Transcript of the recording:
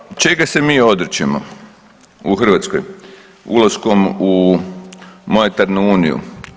Dakle, čega se mi odričemo u Hrvatskoj ulaskom u monetarnu uniju?